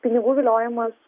pinigų viliojimas